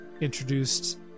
introduced